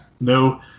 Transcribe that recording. No